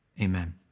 amen